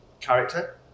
character